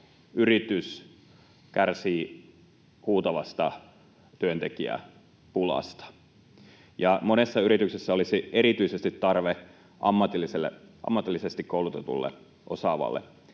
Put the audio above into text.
yritys kärsii huutavasta työntekijäpulasta ja monessa yrityksessä olisi erityisesti tarve ammatillisesti koulutetulle osaavalle